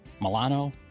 Milano